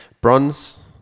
Bronze